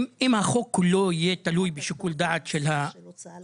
אם החוק לא יהיה תלוי בשיקול דעת של הרשם,